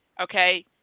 okay